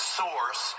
source